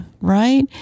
right